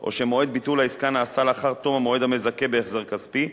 או שמועד ביטול העסקה נעשה לאחר תום המועד המזכה בהחזר כספי,